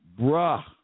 Bruh